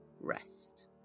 rest